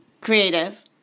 creative